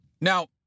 Now